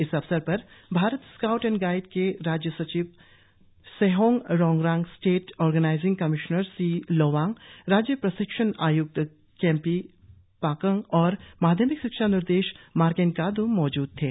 इस अवसर पर भारत स्काउट्स एण्ड गाइड्स के राज्य सचिव Shehang Ronrang state organising commissioner C Lowang राज्य प्रशिक्षण आयक्त केम्पी पाकंग और माध्यमिक शिक्षा निदेशक मार्केन काद मौजूद थे